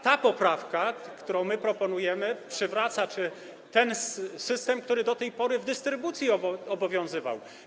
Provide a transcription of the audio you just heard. Ta poprawka, którą my proponujemy, przywraca system, który do tej pory w dystrybucji obowiązywał.